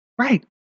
Right